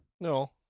No